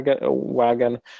wagon